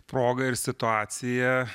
proga ir situacija